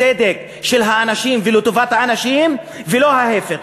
צדק לאנשים ולטובת האנשים ולא ההפך.